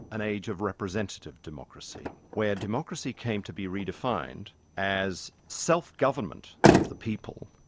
an age of representative democracy where democracy came to be redefined as self-government of the people,